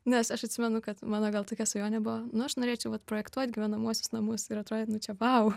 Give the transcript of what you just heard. nes aš atsimenu kad mano gal tokia svajonė buvo nu aš norėčiau vat projektuoti gyvenamuosius namus ir atrodė nu čia vau